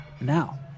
Now